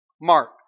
Mark